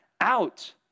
out